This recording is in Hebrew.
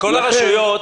מכל הרשויות,